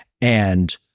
And-